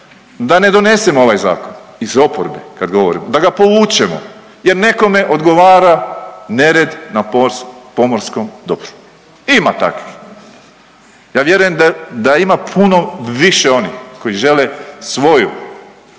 da ne donesemo ovaj zakon iz oporbe kad govorim, da ga povučemo jer nekome odgovara nered na pomorskom dobru. Ima takvih. Ja vjerujem da ima puno više onih koji žele svoju